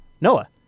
noah